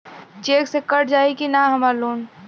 Check से cut जाई की ना हमार लोन?